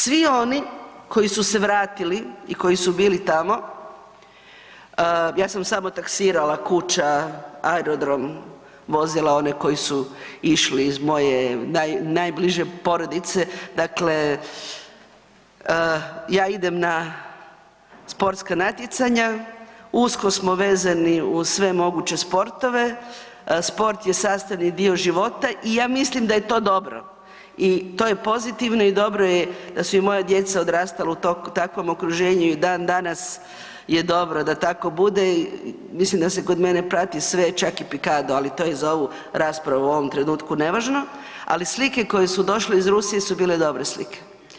Svi oni koji su se vratili i koji su bili tamo, ja sam samo taksirala kuća aerodrom vozila one koji su išli iz moje najbliže porodice, dakle ja idem na sportska natjecanja, usko smo vezani uz sve moguće sportove, sport je sastavni dio života i ja mislim da je to dobro i to je pozitivno i dobro je da su i moja djeca odrastala u takvom okruženju i dan danas je dobro da tako bude, mislim da se kod mene prati sve čak i pikado, ali to je za ovu raspravu u ovom trenutku nevažno, ali slike koje su došle iz Rusije su bile dobre slike.